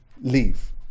leave